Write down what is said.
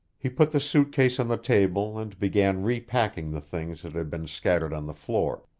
he put the suit case on the table and began repacking the things that had been scattered on the floor.